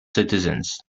citizens